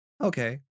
okay